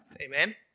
Amen